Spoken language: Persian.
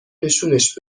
نشونش